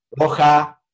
roja